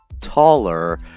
taller